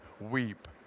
weep